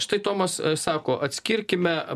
štai tomas sako atskirkime